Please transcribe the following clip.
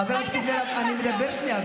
חברת הכנסת מירב, אני מדבר שנייה.